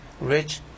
rich